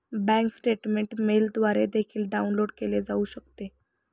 bank statement मेलद्वारे देखील download केले जाऊ शकते